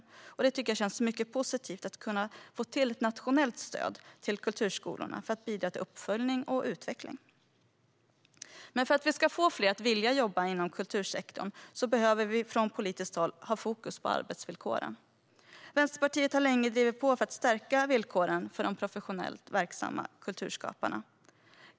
Jag tycker att det känns mycket positivt att kunna få till ett nationellt stöd till kulturskolorna för att bidra till uppföljning och utveckling. Men för att vi ska få fler att vilja jobba inom kultursektorn behöver vi från politiskt håll ha fokus på arbetsvillkoren. Vänsterpartiet har länge drivit på för att stärka villkoren för de professionellt verksamma kulturskaparna.